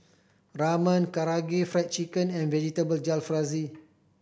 Ramen Karaage Fried Chicken and Vegetable Jalfrezi